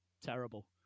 terrible